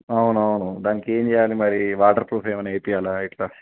అవున అవును దానికి ఏం చేయాలి మరి వాటర్ ప్రూఫ్ ఏమైనా ఏపీయాలా ఏలా